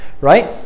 right